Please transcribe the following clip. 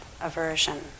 aversion